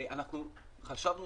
אנחנו חשבנו